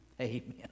Amen